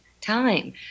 time